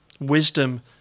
wisdom